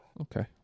Okay